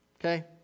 okay